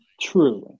truly